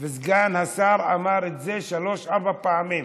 סגן השר אמר את זה שלוש-ארבע פעמים,